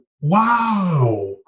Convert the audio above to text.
wow